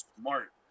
smart